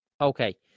Okay